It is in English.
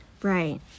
right